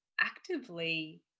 actively